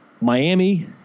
Miami